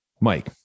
Mike